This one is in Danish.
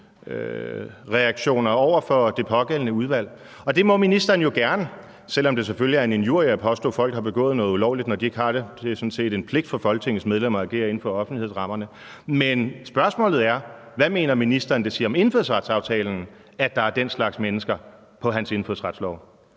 straffelovsreaktioner over for det pågældende udvalg, og det må ministeren jo gerne, selv om det selvfølgelig er en injurie at påstå, at folk har begået noget ulovligt, når de ikke har det. Det er sådan set en pligt for Folketingets medlemmer at agere inden for offentlighedsrammerne. Men spørgsmålet er: Hvad mener ministeren det siger om indfødsretsaftalen, at der er den slags mennesker på hans indfødsretslov?